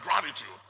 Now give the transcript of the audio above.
gratitude